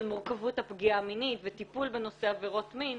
מורכבות הפגיעה המינית וטיפול בנושא עבירות מין.